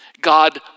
God